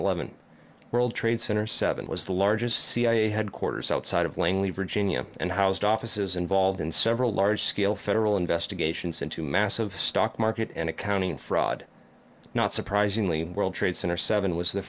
eleven world trade center seven was the largest cia headquarters outside of langley virginia and housed offices involved in several large scale federal investigations into a massive stock market and accounting fraud not surprisingly world trade center seven was the